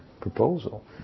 proposal